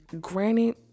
Granted